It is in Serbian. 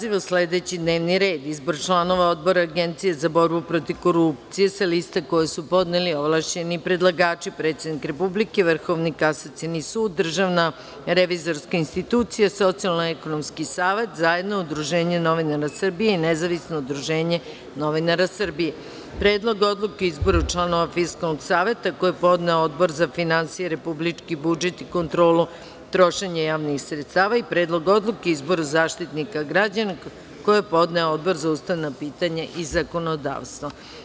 Određen je sledeći D n e v n i r e d 1. Izbor članova Odbora Agencije za borbu protiv korupcije, sa lista koje su podneli ovlašćeni predlagači: - predsednik Republike - Vrhovni kasacioni sud - Državna revizorska institucija - Socijalno-ekonomski savet - zajedno Udruženje novinara Srbije i Nezavisno udruženje novinara Srbije; 2. Predlog odluke o izboru članova Fiskalnog saveta, koji je podneo Odbor za finansije, republički budžet i kontrolu trošenja javnih sredstava; 3. Predlog odluke o izboru Zaštitnika građana koji je podneo Odbor za ustavna pitanja i zakonodavstvo.